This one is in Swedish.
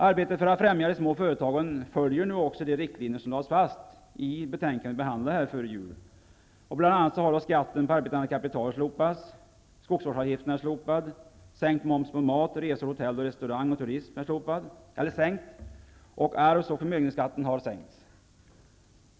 Arbetet för att främja de små företagen följer nu också de riktlinjer som lades fast i det betänkande som vi behandlade före jul. Bl.a. har ju skatten på arbetande kapital slopats, skogsvårdsavgiften är slopad, momsen på mat, resor, hotell, restaurang och turism är sänkt och arvs och förmögenhetsskatten har sänkts.